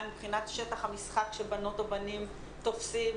מבחינת שטח המשחק שבנות ובנים תופסים,